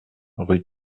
rue